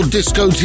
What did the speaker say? Disco